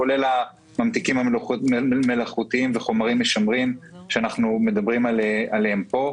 כולל הממתיקים המלאכותיים וחומרים משמרים שאנחנו מדברים עליהם פה.